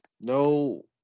No